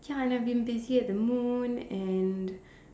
ya and I've been busy at the moon and